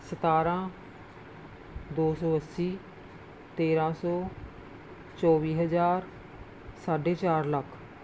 ਸਤਾਰਾਂ ਦੋ ਸੌ ਅੱਸੀ ਤੇਰਾਂ ਸੌ ਚੌਵੀ ਹਜ਼ਾਰ ਸਾਢੇ ਚਾਰ ਲੱਖ